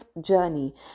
journey